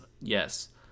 yes